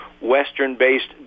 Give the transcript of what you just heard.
Western-based